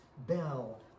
bell